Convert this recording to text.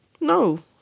No